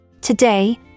Today